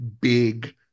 big